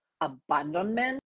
abandonment